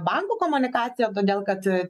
bankų komunikaciją todėl kad